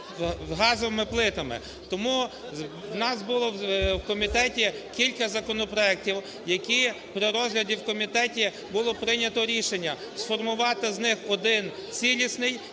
газовими плитами. Тому у нас було в комітеті кілька законопроектів, які при розгляді в комітеті було прийнято рішення сформувати з них один цілісний,